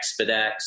Expedex